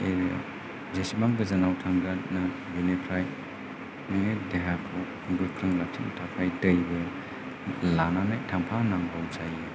बे जेसेबां गोजानाव थांगोन नों बिनिफ्राय नोंनि देहाखौ गोख्रों लाखिनो थाखाय दैबो लानानै थांफानांगौ जायो